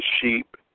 sheep